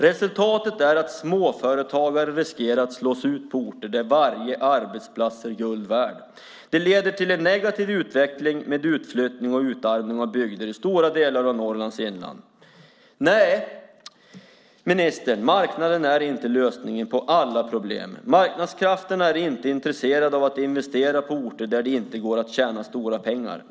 Resultatet av dessa ändringar är att småföretagare riskerar att slås ut på orter där varje arbetsplats är guld värd. Det leder till en negativ utveckling med utflyttning och utarmning av bygder i stora delar av Norrlands inland. Nej, ministern, marknaden är inte lösningen på alla problem. Marknadskrafterna är inte intresserade av att investera på orter där det inte går att tjäna stora pengar.